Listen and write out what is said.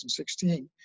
2016